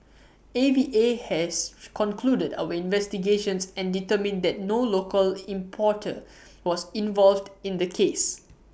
A V A has concluded our investigations and determined that no local importer was involved in the case